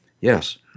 Yes